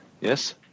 Yes